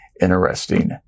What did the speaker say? interesting